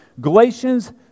Galatians